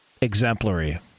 Exemplary